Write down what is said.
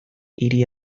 hiri